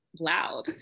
loud